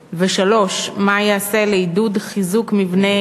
3. מה ייעשה לעידוד חיזוק מבני